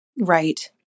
Right